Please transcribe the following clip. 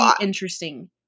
interesting